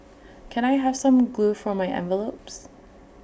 can I have some glue for my envelopes